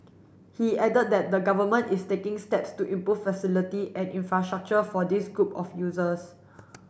he added that the Government is taking steps to improve facility and infrastructure for this group of users